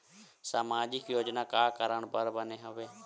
सामाजिक योजना का कारण बर बने हवे?